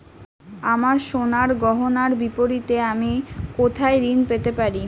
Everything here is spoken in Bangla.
আমার সোনার গয়নার বিপরীতে আমি কোথায় ঋণ পেতে পারি?